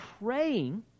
praying